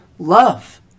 love